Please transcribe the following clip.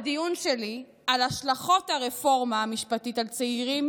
בדיון שלי על השלכות הרפורמה המשפטית על צעירים,